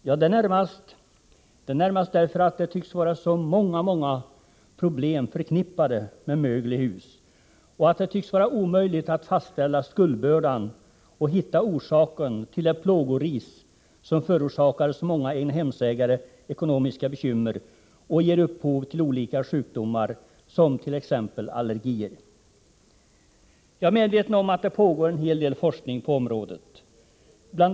Jo, det är närmast därför att det tycks vara så oerhört många problem förknippade med förekomsten av mögel i hus och att det tycks vara omöjligt att fastställa skuldbördan och hitta orsaken till det plågoris som förorsakar så många egnahemsägare ekonomiska bekymmer och ger upphov till olika sjukdomar, t.ex. allergier. Jag är medveten om att det pågår en hel del forskning på området. Bl.